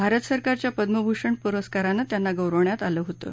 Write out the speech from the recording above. भारत सरकारच्या पद्मभूषण पुरस्कारानं त्यांना गौरवण्यात आलं होतं